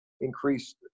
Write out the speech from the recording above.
increased